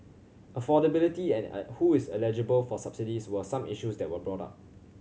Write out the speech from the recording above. affordability and who is eligible for subsidies were some issues that were brought up